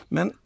Men